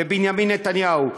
ובנימין נתניהו,